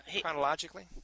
Chronologically